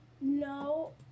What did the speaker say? No